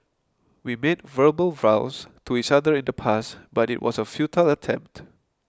we made verbal vows to each other in the past but it was a futile attempt